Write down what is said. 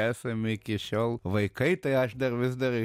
esam iki šiol vaikai tai aš dar vis dar